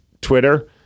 Twitter